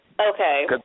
Okay